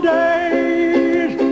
days